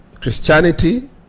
christianity